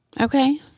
Okay